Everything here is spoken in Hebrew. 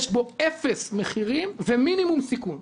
יש בו אפס מחירים ומינימום סיכון.